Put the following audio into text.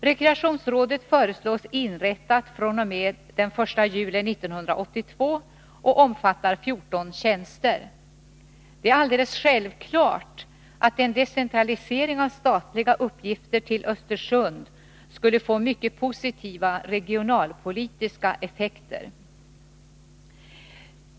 Rekreationsrådet föreslås inrättat fr.o.m. den 1 juli 1982 och skulle omfatta 14 tjänster. Det är alldeles självklart att en decentralisering av statliga uppgifter till Östersund skulle få mycket positiva regionalpolitiska effekter.